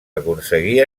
aconseguir